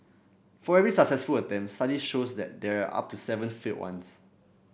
for every successful attempt studies show there are up to seven failed ones